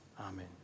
Amen